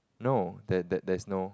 no that that there's no